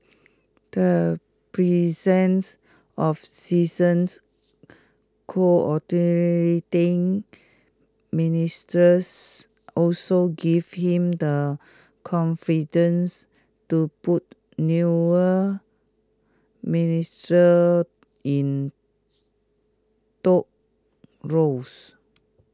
the presence of seasoned Coordinating Ministers also gives him the confidence to put newer ministers in tough roles